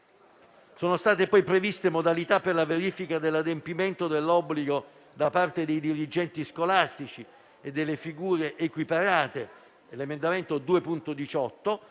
Sono state poi previste modalità per la verifica dell'adempimento dell'obbligo da parte dei dirigenti scolastici e delle figure equiparate (emendamento 2.18).